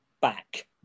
back